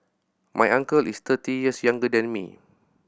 my uncle is thirty years younger than me